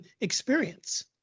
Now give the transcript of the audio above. experience